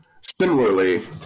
similarly